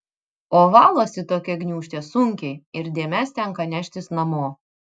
o valosi tokia gniūžtė sunkiai ir dėmes tenka neštis namo